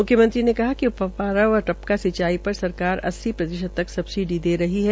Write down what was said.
म्ख्यमंत्री ने कहा कि फव्वारा व टपका सिंचाई पर सरकार अस्सी प्रतिशत तक सबसिडी दे दी रही है